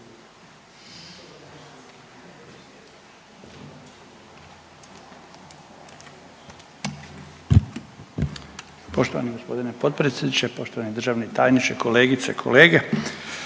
Poštovani gospodine potpredsjedniče, poštovani državni tajniče, kolegice i kolege.